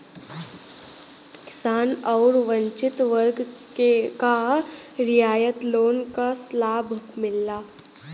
किसान आउर वंचित वर्ग क रियायत लोन क लाभ मिलला